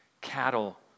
cattle